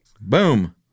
Boom